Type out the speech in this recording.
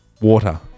Water